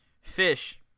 Fish